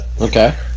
Okay